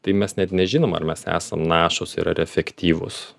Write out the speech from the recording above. tai mes net nežinom ar mes esam našūs ir ar efektyvūs